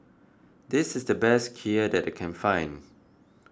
this is the best Kheer that I can find